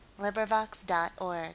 LibriVox.org